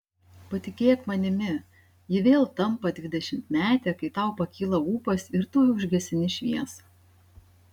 patikėk manimi ji vėl tampa dvidešimtmetė kai tau pakyla ūpas ir tu užgesini šviesą